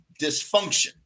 dysfunction